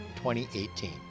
2018